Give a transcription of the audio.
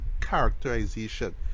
characterization